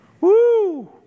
Woo